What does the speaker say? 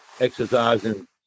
exercising